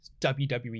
wwe